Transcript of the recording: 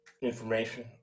information